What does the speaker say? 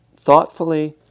thoughtfully